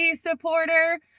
supporter